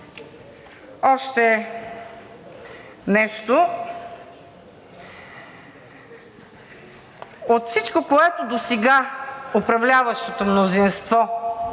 Още нещо. От всичко, което досега управляващото мнозинство